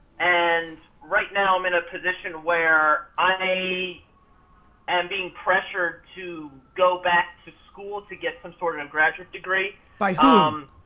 and right now i'm in a position where i'm and being pressured to go back to school to get some sort of and graduate degree. by whom?